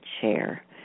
chair